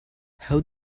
how